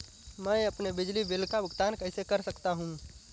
मैं अपने बिजली बिल का भुगतान कैसे कर सकता हूँ?